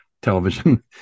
Television